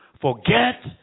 Forget